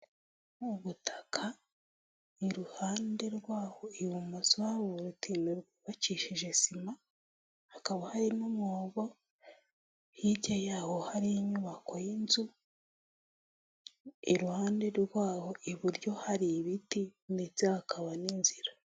Ubutaka iruhande rwaho ibumoso hari uruteme rwubakishije sima, hakaba hari n'umwobo, hirya y'aho hari inyubako y'inzu, iruhande rwaho iburyo hari ibiti ndetse hakaba n'inzira.